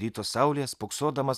ryto saulėje spoksodamas